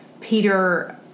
Peter